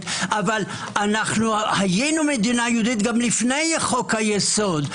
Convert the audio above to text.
אבל היינו מדינה יהודית גם לפני חוק היסוד.